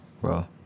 bro